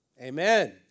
Amen